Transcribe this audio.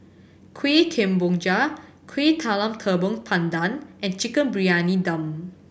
Kueh Kemboja Kueh Talam Tepong Pandan and Chicken Briyani Dum